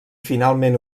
finalment